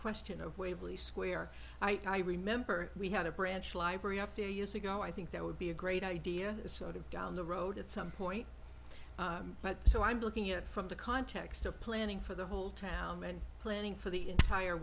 question of waverley square i remember we had a branch library up there years ago i think there would be a great idea the sort of down the road at some point but so i'm looking at it from the context of planning for the whole town and planning for the entire